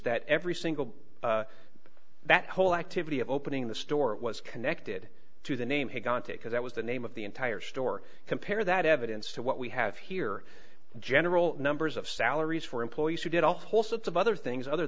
that every single that whole activity of opening the store was connected to the name had gone to because that was the name of the entire store compare that evidence to what we have here general numbers of salaries for employees who did a whole sorts of other things other